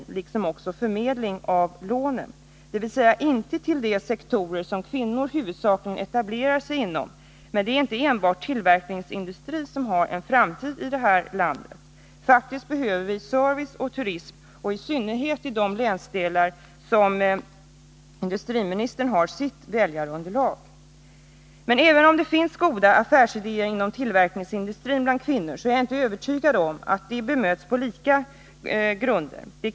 Detsamma gäller också förmedlingen av lån, vilken alltså inte särskilt mycket är inriktad på de sektorer som 49 kvinnor huvudsakligen etablerar sig inom. Men det är inte enbart tillverkningsindustri som har en framtid i vårt land. Vi behöver faktiskt också serviceoch turistverksamhet, i synnerhet i de landsdelar där industriministern har sitt väljarunderlag. Men även om det bland kvinnor finns goda idéer avseende tillverkningsindustrin är jag inte övertygad om att de blir bemötta på ett likvärdigt sätt.